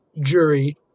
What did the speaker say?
jury